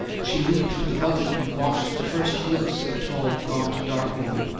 she leaned from the buggy and watched for the first glimpse of the tall, gaunt, dark woman,